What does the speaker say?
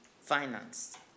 financed